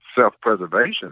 self-preservation